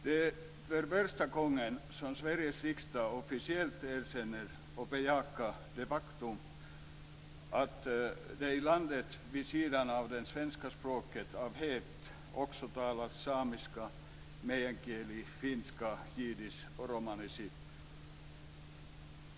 Det är första gången som Sveriges riksdag officiellt erkänner och bejakar det faktum att det i landet vid sidan av det svenska språket av hävd också talats samiska, meänkieli, finska, jiddisch och romani chib.